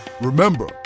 Remember